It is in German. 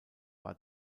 war